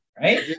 right